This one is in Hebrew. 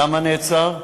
למה נעצר.